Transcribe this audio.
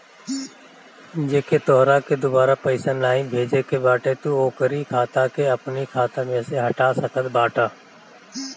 जेके तोहरा के दुबारा पईसा नाइ भेजे के बाटे तू ओकरी खाता के अपनी खाता में से हटा सकत बाटअ